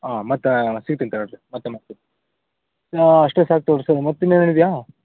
ಹಾಂ ಮತ್ತೆ ಸಿಗ್ತಿನಿ ತಗೊಳ್ರಿ ಮತ್ತೆ ಮಾಡ್ತೀನಿ ಅಷ್ಟೇ ಸಾಕು ತಗೋಳ್ರಿ ಸರ್ ಮತ್ತೆ ಇನ್ನೇನಾರಿದ್ಯಾ